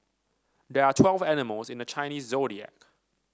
there are twelve animals in the Chinese Zodiac